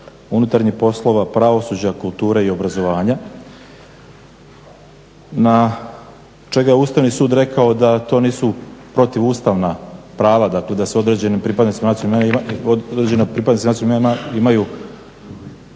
unutarnjih poslova, pravosuđa, kulture i obrazovanja na čega je Ustavni sud rekao da to nisu protuustavna prava, dakle da se određenim pripadnicima nacionalne manjine imaju